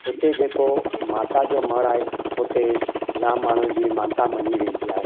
हिते जेको माता जो मड़ आहे हुते जाम माण्हू जी मानता मञी वेंदी आहे